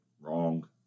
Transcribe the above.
Wrong